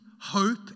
hope